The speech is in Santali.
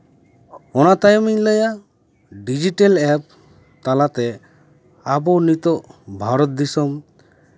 ᱚᱱᱟ ᱛᱟᱭᱚᱢ ᱤᱧ ᱞᱟᱹᱭᱟ ᱰᱤᱡᱤᱴᱮᱞ ᱮᱯ ᱛᱟᱞᱟ ᱛᱮ ᱟᱵᱚ ᱱᱤᱛᱳᱜ ᱵᱷᱟᱨᱚᱛ ᱫᱤᱥᱚᱢ